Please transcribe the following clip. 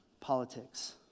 politics